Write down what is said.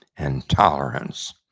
and tolerance.